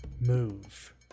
move